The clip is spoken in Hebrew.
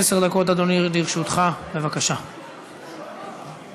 אדוני, לרשותך עשר דקות.